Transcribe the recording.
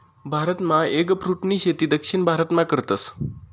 भारतमा एगफ्रूटनी शेती दक्षिण भारतमा करतस